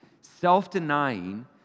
self-denying